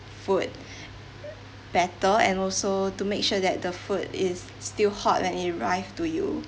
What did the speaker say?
food better and also to make sure that the food is still hot when it arrived to you